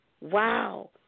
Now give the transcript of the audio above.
wow